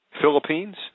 Philippines